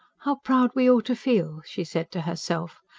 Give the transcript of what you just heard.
how proud we ought to feel! she said to herself.